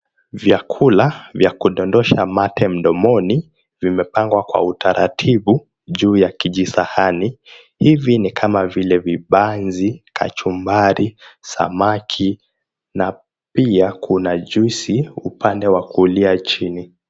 Vyakula vya kudodosha mate mdomoni vimepangwa kwa utaratibu juu ya kijisahani, hivi ni kama vile vibanzi, kachumbari, samaki na pia kuna juisi upande wa kulia chini.